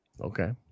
Okay